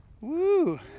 Woo